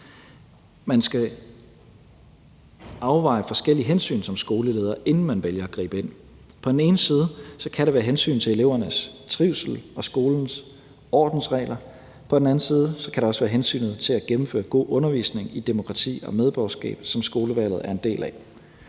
Man skal afveje forskellige hensyn som skoleleder, inden man vælger at gribe ind. På den ene side kan der være hensynet til elevernes trivsel og skolens ordensregler. På den anden side kan der være hensynet til at gennemføre en god undervisning i demokrati og medborgerskab, som skolevalget er en del af.